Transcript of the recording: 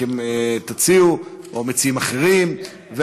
או מציעים אחרים.